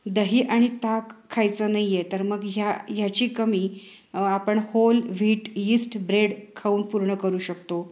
दही आणि ताक खायचं नाही आहे तर मग ह्या ह्याची कमी आपण होल व्हीट ईस्ट ब्रेड खाऊन पूर्ण करू शकतो